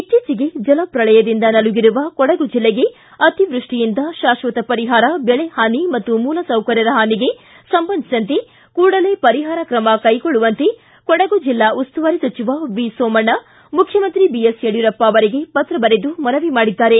ಇತ್ತೀಚೆಗೆ ಜಲಪ್ರಳಯದಿಂದ ನಲುಗಿರುವ ಕೊಡಗು ಜಿಲ್ಲೆಗೆ ಅತಿವೃಷ್ಟಿಯಿಂದ ಶಾಶ್ವಕ ಪರಿಹಾರ ಬೆಳೆ ಹಾನಿ ಮತ್ತು ಮೂಲಸೌಕರ್ಯದ ಹಾನಿಗೆ ಸಂಬಂಧಿಸಿದಂತೆ ಕೂಡಲೇ ಪರಿಹಾರ ಕ್ರಮ ಕೈಗೊಳ್ಳುವಂತೆ ಕೊಡಗು ಜಿಲ್ಲಾ ಉಸ್ತುವಾರಿ ಸಚಿವ ಸೋಮಣ್ಣ ಮುಖ್ಯಮಂತ್ರಿಯವರಿಗೆ ಪತ್ರ ಬರೆದು ಮನವಿ ಸಲ್ಲಿಸಿದ್ದಾರೆ